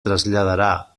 traslladarà